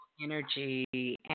energy